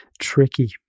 tricky